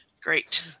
Great